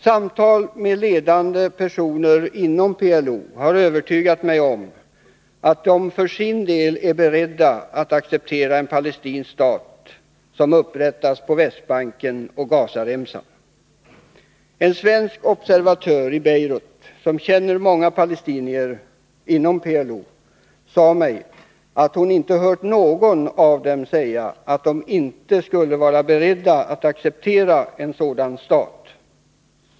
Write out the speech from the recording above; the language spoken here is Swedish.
Samtal med ledande personer inom PLO har övertygat mig om att de för sin del är beredda att acceptera att en palestinsk stat upprättas på Västbanken och Gazaremsan. En svensk observatör i Beirut, som känner många palestinier inom PLO, sade mig att hon inte hört någon av dem säga att de inte skulle vara beredda att acceptera en sådan stat.